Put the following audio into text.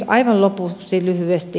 aivan lopuksi lyhyesti